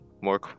more